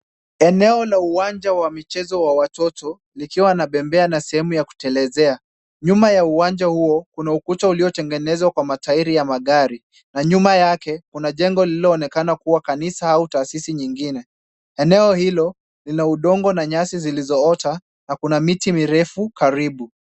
Eneo la uwanja wa michezo wa watoto likiwa na bembea na sehemu ya kutelezea. Nyuma ya uwanja huo, kuna ukuta uliotengenezwa kwa matairi ya magari na nyuma yake, kuna jengo lililo onekana kanisa au taasisi nyingine. Eneo hilo ni la udongo na nyasi zilizoota na kuna miti mirefu karibu.